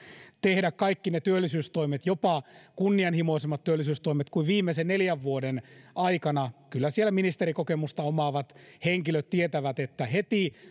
kaikki työllisyystoimet jopa kunnianhimoisemmat työllisyystoimet kuin viimeisen neljän vuoden aikana kyllä siellä ministerikokemusta omaavat henkilöt tietävät että